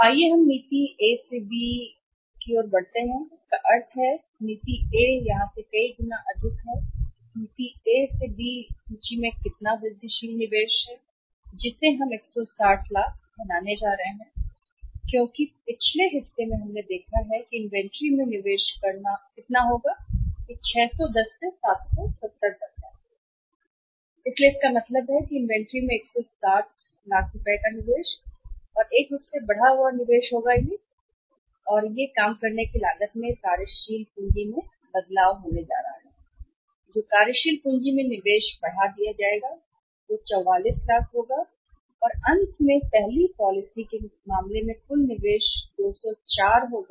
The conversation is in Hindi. तो आइए हम नीति A से B A से B की ओर बढ़ते हैं तो इसका अर्थ है कि नीति A यहां से कई गुना अधिक है नीति ए से बी सूची में कितना वृद्धिशील निवेश है जिसे हम 160 बनाने जा रहे हैं लाख क्योंकि पिछले हिस्से में हमने देखा है कि इन्वेंट्री में निवेश कितना होगा यह 610 से 770 तक है इसलिए इसका मतलब है कि इन्वेंट्री में 160 और एक के रूप में बढ़ा हुआ निवेश होगा परिणाम यह है कि काम करने की लागत में कार्यशील पूंजी में कितना बदलाव होने जा रहा है पूँजी जो कार्यशील पूँजी में निवेश बढ़ा दी जाएगी वह 44 लाख और अंत में होगी पहली पॉलिसी के मामले में कुल निवेश 204 नहीं 169 होगा